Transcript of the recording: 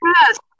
Yes